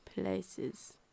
places